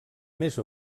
més